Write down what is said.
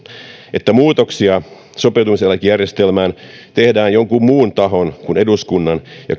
että muutoksia sopeutumiseläkejärjestelmään tehdään jonkun muun tahon kuin eduskunnan ja